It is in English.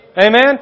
Amen